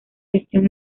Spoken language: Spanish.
gestión